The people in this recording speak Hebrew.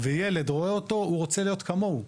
וילד רואה אותו, הוא רוצה להיות כמוהו.